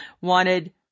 wanted